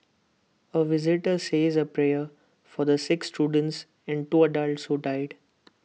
A visitor says A prayer for the six students and two adults who died